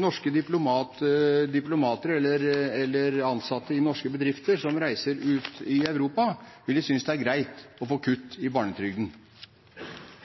norske diplomater eller ansatte i norske bedrifter som reiser ut i Europa, ville synes det er greit å få